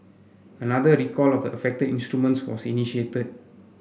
another recall of the affected instruments was initiated